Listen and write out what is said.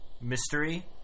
Mystery